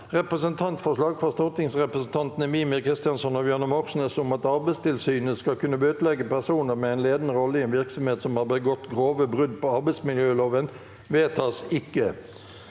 Representantforslag fra stortingsrepresentantene Mímir Kristjánsson og Bjørnar Moxnes om at Arbeidstilsynet skal kunne bøtelegge personer med en ledende rolle i en virksomhet som har begått grove brudd på arbeidsmiljøloven – vedtas ikke.